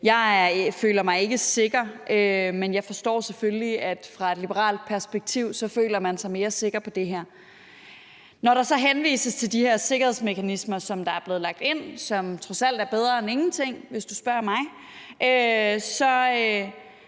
Jeg føler mig ikke sikker, men jeg forstår selvfølgelig, at man fra et liberalt perspektiv føler sig mere sikker på det her. Når der så henvises til de her sikkerhedsmekanismer, der er blevet lagt ind, og som trods alt er bedre end ingenting, hvis du spørger mig,